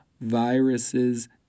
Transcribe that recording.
viruses